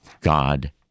God